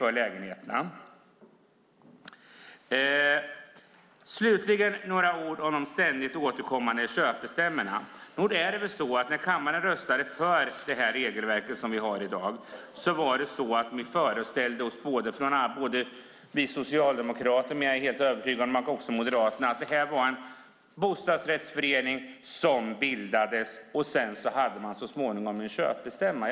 Slutligen ska jag säga några ord om de ständiga återkommande köpstämmorna. Nog är det väl så att när kammaren röstade för det regelverk som vi har i dag föreställde både vi socialdemokrater och Moderaterna - det är jag helt övertygad om - oss att det handlade om en bostadsrättsförening som bildas. Så småningom hade man sedan en köpstämma.